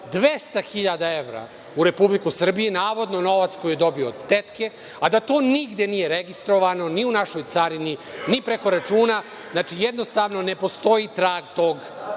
200.000 evra u Republiku Srbiju, navodno novac koji je dobio od tetke, a da to nigde nije registrovano, ni u našoj carini, ni preko računa. Znači, jednostavno ne postoji trag tog